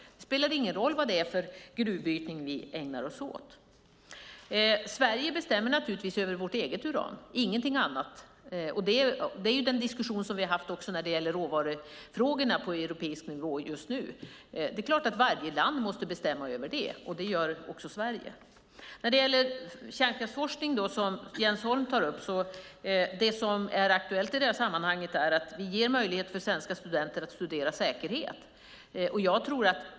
Det spelar ingen roll vad det är för gruvbrytning vi ägnar oss åt. Sverige bestämmer naturligtvis över sitt eget uran. Den diskussionen har vi haft också när det gäller råvarufrågorna på europeisk nivå. Det är klart att varje land måste bestämma över detta. Det gör också Sverige. Jens Holm tar upp kärnkraftsforskning. Det som är aktuellt i detta sammanhang är att vi ger möjlighet för svenska studenter att studera säkerhet.